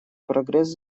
прогресс